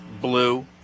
blue